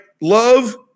Love